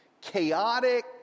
chaotic